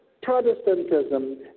Protestantism